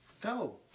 Go